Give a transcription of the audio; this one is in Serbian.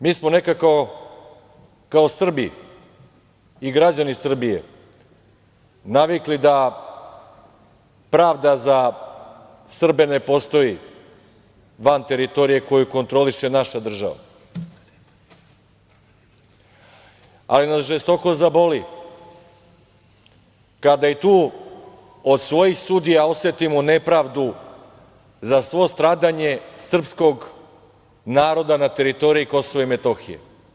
Mi smo nekako kao Srbi i građani Srbije navikli da pravda za Srbe ne postoji van teritorije koju kontroliše naša država, ali nas žestoko zaboli kada i tu od svojih sudija osetimo nepravdu za svo stradanje srpskog naroda na teritoriji Kosova i Metohije.